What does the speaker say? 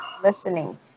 listening